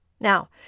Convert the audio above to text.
Now